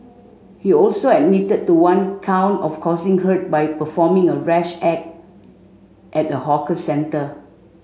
he also admitted to one count of causing hurt by performing a rash act at a hawker centre